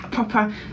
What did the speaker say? Proper